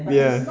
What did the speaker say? ya